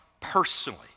personally